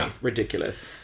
ridiculous